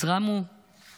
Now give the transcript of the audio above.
אז, רמו אלהוזייל,